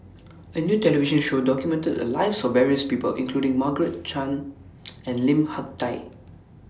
A New television Show documented The Lives of various People including Margaret Chan and Lim Hak Tai